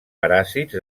paràsits